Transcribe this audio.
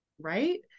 Right